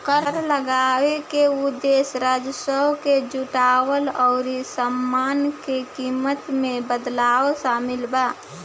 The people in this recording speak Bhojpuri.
कर लगावे के उदेश्य राजस्व के जुटावल अउरी सामान के कीमत में बदलाव शामिल बा